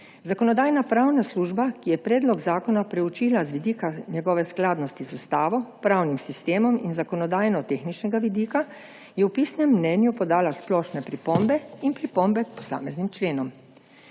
Zakonodajno-pravna služba, ki je predlog zakona preučila z vidika njegove skladnosti z ustavo, pravnim sistemom in zakonodajno tehničnega vidika je v pisnem mnenju podala splošne pripombe in pripombe k posameznim členom.